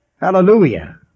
Hallelujah